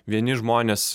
vieni žmonės